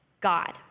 God